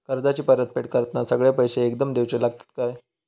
कर्जाची परत फेड करताना सगळे पैसे एकदम देवचे लागतत काय?